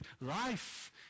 life